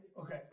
Okay